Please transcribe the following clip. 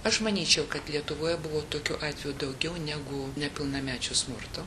aš manyčiau kad lietuvoje buvo tokių atvejų daugiau negu nepilnamečių smurto